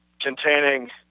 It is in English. containing